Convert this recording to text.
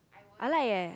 I like eh